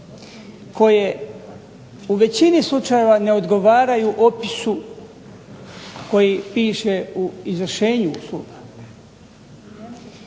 koje u većini slučajeva ne odgovaraju opisu koji piše u izvršenju suda,